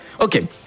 Okay